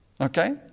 Okay